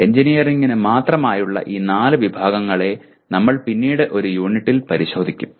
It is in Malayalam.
എഞ്ചിനീയറിംഗിന് മാത്രമായുള്ള ഈ നാല് വിഭാഗങ്ങളെ നമ്മൾ പിന്നീട് ഒരു യൂണിറ്റിൽ പരിശോധിക്കും